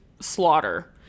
slaughter